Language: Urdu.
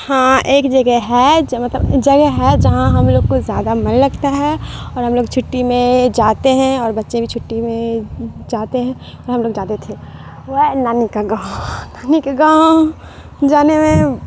ہاں ایک جگہ ہے جو مطلب جگہ ہے جہاں ہم لوگ کو زیادہ من لگتا ہے اور ہم لوگ چھٹی میں جاتے ہیں اور بچے بھی چھٹی میں جاتے ہیں اور ہم لوگ جاتے تھے وہ نانی کا گاؤں نانی کا گاؤں جانے میں